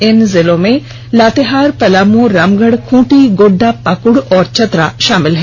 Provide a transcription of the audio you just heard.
इन जिलों में लातेहार पलामू रामगढ़ खूंटी गोड़डा पाकुड़ और चतरा शामिल हैं